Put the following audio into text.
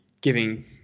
giving